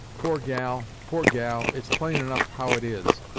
poor gal, poor gal, it's plain enough how it is,